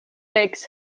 six